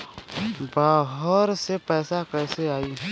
बाहर से पैसा कैसे आई?